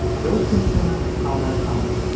those concerns are well-founded,